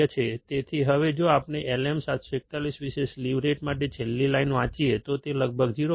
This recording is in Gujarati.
તેથી હવે જો આપણે LM741 વિશે સ્લીવ રેટ માટે છેલ્લી લાઈન વાંચીએ તો તે લગભગ 0